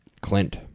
Clint